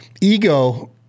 ego